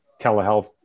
telehealth